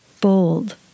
Bold